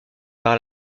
par